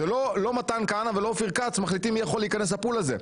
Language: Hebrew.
לא מתן כהנא ולא אופיר כץ מחליטים מי יכול להיכנס ל- poolהזה.